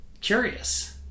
curious